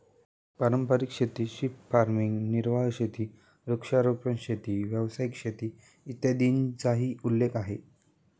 पारंपारिक शेती, shift farming, निर्वाह शेती, वृक्षारोपण शेती, व्यावसायिक शेती, इत्यादींचाही उल्लेख आहे